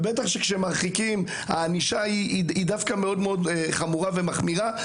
ובטח שכשמרחיקים הענישה היא דווקא מאוד מאוד חמורה ומחמירה,